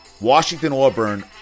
Washington-Auburn